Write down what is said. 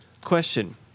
Question